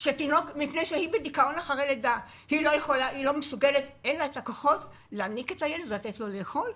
כי היא בדיכאון לאחר לידה ואין לה כוחות להיניק את הילד ולתת לו לאכול?